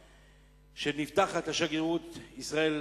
שנפתחת שגרירות ישראל